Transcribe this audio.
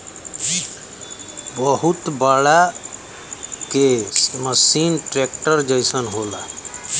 बहुत बड़ा के मसीन ट्रेक्टर जइसन होला